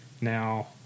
Now